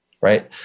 Right